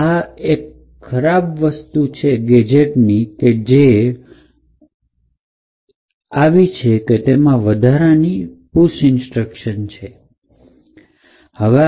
અને એક ખરાબ વસ્તુ આ ગેજેટની એ છે કે આમાં આ વધારાની પુશ ઇન્સ્ટ્રક્શન છે